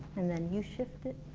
and then you shift it